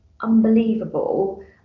unbelievable